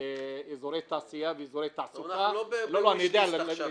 אזורי תעשייה ואזורי תעסוקה --- אנחנו לא בנושא הזה עכשיו.